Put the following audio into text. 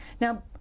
Now